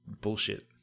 bullshit